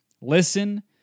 listen